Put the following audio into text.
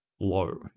low